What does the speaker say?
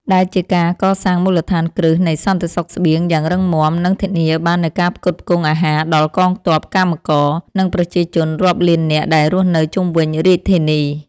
ដែលជាការកសាងមូលដ្ឋានគ្រឹះនៃសន្តិសុខស្បៀងយ៉ាងរឹងមាំ និងធានាបាននូវការផ្គត់ផ្គង់អាហារដល់កងទ័ព កម្មករ និងប្រជាជនរាប់លាននាក់ដែលរស់នៅជុំវិញរាជធានី។